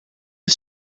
het